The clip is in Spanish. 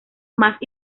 más